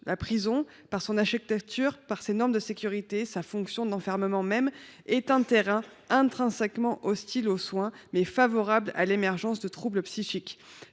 en raison de son architecture, de ses normes de sécurité et de sa fonction d’enfermement même, est un terrain intrinsèquement hostile aux soins et favorable à l’émergence de troubles psychiques.